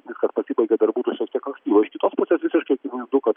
viskas pasibaigė dar būtų šiek tiek ankstyva iš kitos pusės visiškai akivaizdu kad